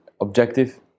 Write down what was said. objective